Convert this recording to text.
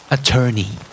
Attorney